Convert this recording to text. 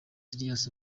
series